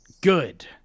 Good